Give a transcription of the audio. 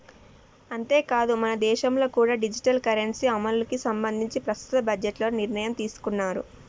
అంతేకాదు మనదేశంలో కూడా డిజిటల్ కరెన్సీ అమలుకి సంబంధించి ప్రస్తుత బడ్జెట్లో నిర్ణయం తీసుకున్నారు